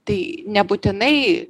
tai nebūtinai